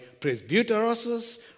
Presbyteros